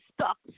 stuck